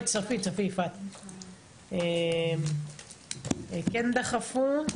כן דחפו.